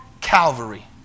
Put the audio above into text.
Calvary